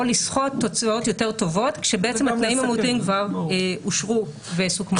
או לסחוט תוצאות יותר טובות כשבעצם התנאים המהותיים כבר אושרו וסוכמו.